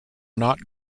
not